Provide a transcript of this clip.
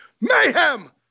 mayhem